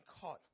caught